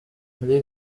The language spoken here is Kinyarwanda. muri